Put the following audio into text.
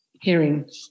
hearing